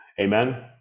amen